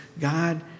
God